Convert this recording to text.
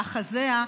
מאחזיה.